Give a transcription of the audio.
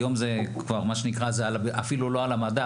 היום זה כבר אפילו לא על המדף,